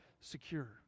secure